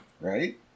Right